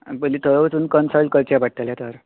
आनी पयली थंय वचून कनसल्ट करचे पडटले तर